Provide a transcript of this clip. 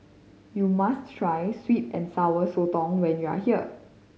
you must try sweet and Sour Sotong when you are here